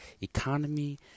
economy